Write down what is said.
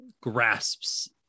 grasps